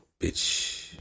bitch